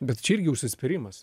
bet čia irgi užsispyrimas